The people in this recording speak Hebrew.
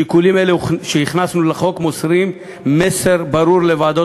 שיקולים אלה שהכנסנו לחוק מוסרים מסר ברור לוועדות